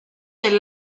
del